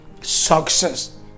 success